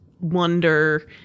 wonder